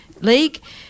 League